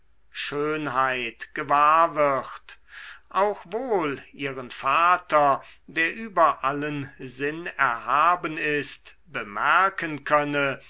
schönheit gewahr wird auch wohl ihren vater der über allen sinn erhaben ist bemerken könne